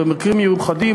ובמקרים מיוחדים,